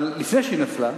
אבל לפני שהיא נפלה,